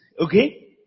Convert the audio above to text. okay